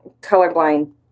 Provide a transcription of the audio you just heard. colorblind